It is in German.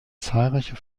zahlreiche